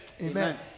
Amen